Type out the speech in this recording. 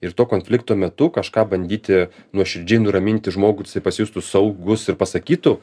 ir to konflikto metu kažką bandyti nuoširdžiai nuraminti žmogų kad jisai pasijustų saugus ir pasakytų